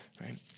right